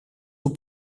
του